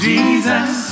Jesus